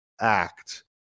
act